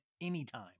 anytime